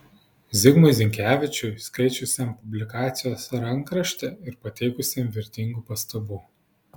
zigmui zinkevičiui skaičiusiam publikacijos rankraštį ir pateikusiam vertingų pastabų